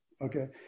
Okay